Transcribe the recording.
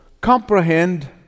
comprehend